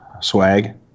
swag